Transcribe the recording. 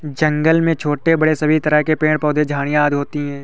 जंगल में छोटे बड़े सभी तरह के पेड़ पौधे झाड़ियां आदि होती हैं